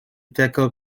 tackle